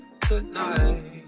tonight